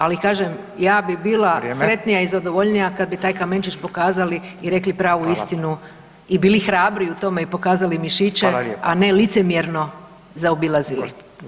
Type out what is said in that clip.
Ali kažem, ja bi bila sretnija i zadovoljnija kad bi taj kamenčić pokazali i rekli pravu istinu i bili hrabri u tome i pokazali mišiće, a ne licemjerno zaobilazili.